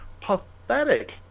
pathetic